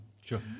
Sure